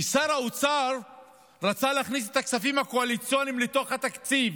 כי שר האוצר רצה להכניס את הכספים הקואליציוניים לתוך התקציב.